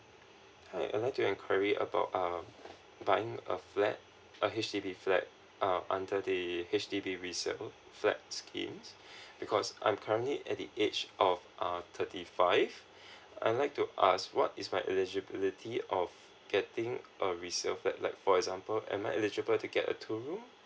hi I'd like to inquiry about um buying a flat a H_D_B flat uh under the H_D_B resale flat schemes because I'm currently at the age of uh thirty five I'd like to ask what is my eligibility of getting a resale flat like for example am I eligible to get a two room